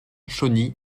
chauny